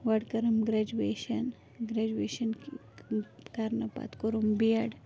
گۄڈٕ کٔرٕم graduation graduation کہِ کَرنہٕ پتہٕ کوٚرُم بی ایٚڈ